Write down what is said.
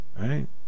right